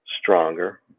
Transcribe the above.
stronger